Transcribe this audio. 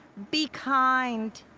be kind,